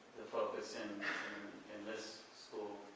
focus in in this school